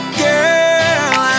girl